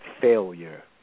failure